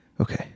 Okay